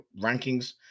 rankings